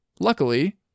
luckily